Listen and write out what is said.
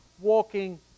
walking